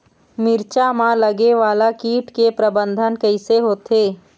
मिरचा मा लगे वाला कीट के प्रबंधन कइसे होथे?